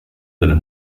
seiner